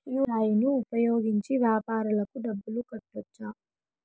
UPI ను ఉపయోగించి వ్యాపారాలకు డబ్బులు కట్టొచ్చా?